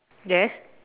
yes